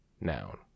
Noun